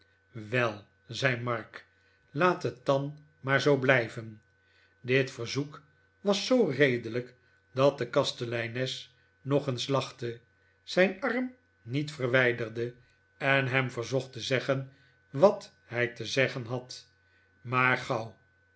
wel zei mark laat het dan maar zoo blijven dit verzoek was zoo redelijk dat de kasteleines nog eens lachte zijn arm niet verwijderde en hem verzocht te zeggen wat hij te zeggen had maar gauw